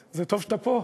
זה טוב שאתה פה,